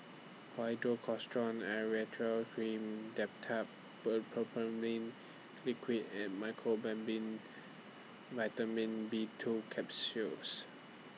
Hydrocortisone Cream Dimetapp Brompheniramine Liquid and Mecobalamin Vitamin B two Capsules